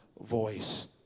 voice